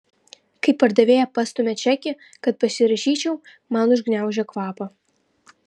kai pardavėja pastumia čekį kad pasirašyčiau man užgniaužia kvapą